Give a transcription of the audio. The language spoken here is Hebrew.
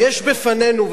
יש לפנינו,